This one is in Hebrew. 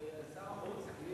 שר החוץ לשעבר,